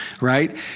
right